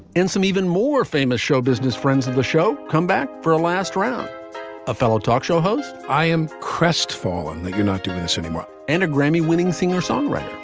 and some even more famous show business friends of the show come back for a last round of ah fellow talk show host. i am crestfallen that you're not doing this anymore and a grammy winning singer songwriter,